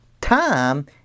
time